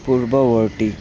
পূৰ্ৱৱৰ্তী